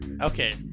Okay